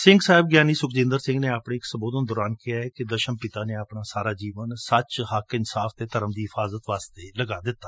ਸਿੰਘ ਸਾਹਿਬ ਗਿਆਨੀ ਸੁਖਜਿੰਦਰ ਸਿੰਘ ਨੇ ਆਪਣੇ ਇਕ ਸੰਬੋਧਨ ਦੌਰਾਨ ਕਿਹਾ ਕਿ ਦਸ਼ਮਪਿਤਾ ਨੇ ਆਪਣਾ ਸਾਰਾ ਜੀਵਨ ਹੱਕ ਸੱਚ ਇਨਸਾਫ਼ ਅਤੇ ਧਰਮ ਦੀ ਹਿਫਾਲਤ ਵਾਸਤੇ ਲਗਾ ਦਿੱਤਾ